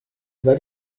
über